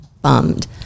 bummed